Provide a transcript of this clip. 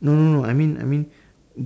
no no no I mean I mean